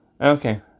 Okay